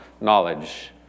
knowledge